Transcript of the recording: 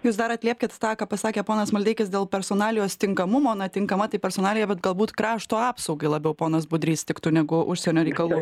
jūs dar atliepkit tą ką pasakė ponas maldeikis dėl personalijos tinkamumo na tinkama tai personalija bet galbūt krašto apsaugai labiau ponas budrys tiktų negu užsienio reikalų